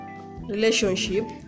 relationship